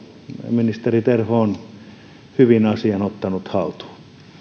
ministeri terho on hyvin asian ottanut haltuun